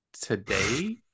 today